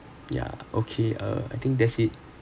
ya okay uh I think that's it